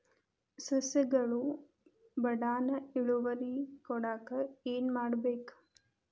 ಸಸ್ಯಗಳು ಬಡಾನ್ ಇಳುವರಿ ಕೊಡಾಕ್ ಏನು ಮಾಡ್ಬೇಕ್?